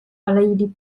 alei